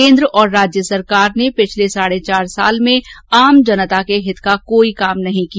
केन्द्र और राज्य सरकार ने पिछले साढे चार साल में आम जनता के हित में कोई काम नहीं किया